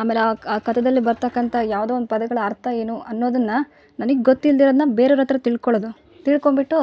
ಆಮೇಲೆ ಆ ಕತೆಯಲ್ಲಿ ಬರ್ತಕ್ಕಂಥ ಯಾವ್ದೋ ಒಂದು ಪದಗಳ ಅರ್ಥ ಏನು ಅನ್ನೋದನ್ನ ನನಗ್ ಗೊತ್ತಿಲ್ದೆಯಿರೋದನ್ನ ಬೇರೆ ಅವ್ರ ಹತ್ತಿರ ತಿಳ್ಕೊಳೋದು ತಿಳ್ಕೊಬಿಟ್ಟು